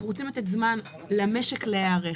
אנחנו רוצים לתת זמן למשק להיערך,